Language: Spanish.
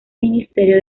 ministerio